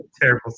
terrible